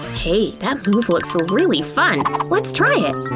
hey, that move looks really fun, let's try it!